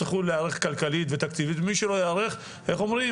יצטרכו להיערך כלכלית ותקציבית ומי שלא ייערך ייפגע.